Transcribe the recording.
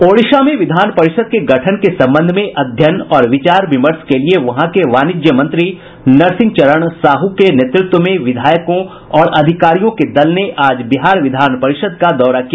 ओडिशा में विधान परिषद के गठन के संबंध में अध्ययन और विचार विमर्श के लिये वहां के वाणिज्य मंत्री नरसिंह चरण साहू के नेतृत्व में विधायकों और अधिकारियों के दल ने आज बिहार विधान परिषद् का दौरा किया